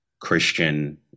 Christian